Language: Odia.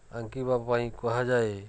ଆଙ୍କିବା ପାଇଁ କୁହାଯାଏ